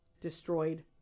destroyed